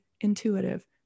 intuitive